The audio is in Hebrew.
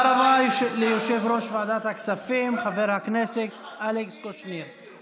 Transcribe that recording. תודה רבה ליושב-ראש ועדת הכספים חבר הכנסת אלכס קושניר.